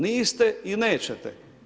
Niste i nećete.